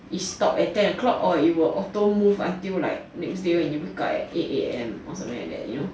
it stop at ten o'clock or it will auto move until like nect day when you wake up at eight A_M or something like that you know